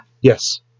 Yes